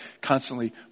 constantly